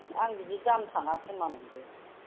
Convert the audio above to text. आं बिदि दाम थाङाखोमा सानदों